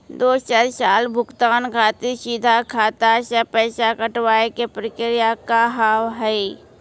दोसर साल भुगतान खातिर सीधा खाता से पैसा कटवाए के प्रक्रिया का हाव हई?